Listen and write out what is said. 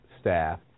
staff